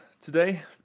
today